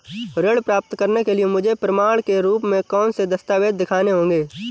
ऋण प्राप्त करने के लिए मुझे प्रमाण के रूप में कौन से दस्तावेज़ दिखाने होंगे?